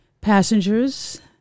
Passengers